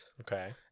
Okay